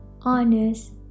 honest